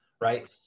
Right